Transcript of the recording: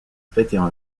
chrétiens